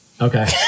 Okay